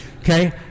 Okay